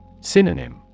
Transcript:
Synonym